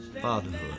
Fatherhood